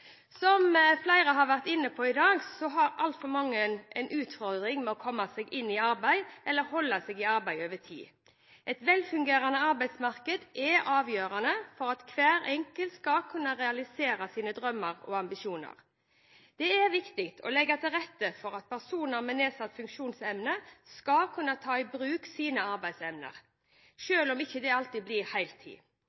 Som flere har vært inne på i dag, har altfor mange en utfordring med å komme seg inn i arbeidslivet, eller holde seg i arbeid over tid. Et velfungerende arbeidsmarked er avgjørende for at hver enkelt skal kunne realisere sine drømmer og ambisjoner. Det er viktig å legge til rette for at personer med nedsatt funksjonsevne skal kunne ta i bruk sine arbeidsevner,